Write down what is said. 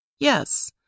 Yes